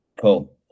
Cool